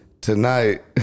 Tonight